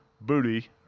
Booty